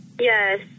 Yes